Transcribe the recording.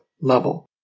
level